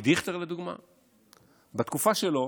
הודעתי גם